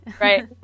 Right